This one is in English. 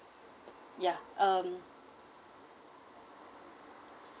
yeah um